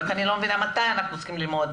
רק אני לא מבינה מתי אנחנו צריכים ללמוד.